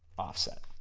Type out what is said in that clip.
offset,